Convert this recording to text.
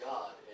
God